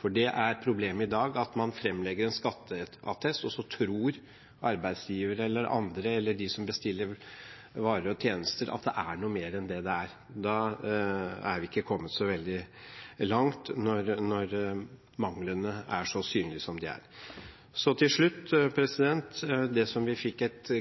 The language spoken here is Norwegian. For det er problemet i dag, at man fremlegger en skatteattest, og så tror arbeidsgiveren, eller de som bestiller varer og tjenester, at den er noe mer enn det den er. Når manglene er så synlige som de er, da har vi ikke kommet så veldig langt. Så til slutt: Vi fikk et